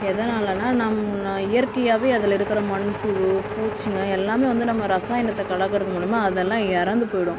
எதனாலேனா நம்ம இயற்கையாகவே அதில் இருக்கிற மண்புழு பூச்சிங்கள் எல்லாமே வந்து நம்ம இரசாயனத்த கலக்கிறது மூலியமாக அதெல்லாம் இறந்துப்போய்டும்